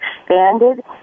expanded